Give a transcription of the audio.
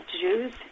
Jews